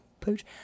pooch